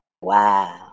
wow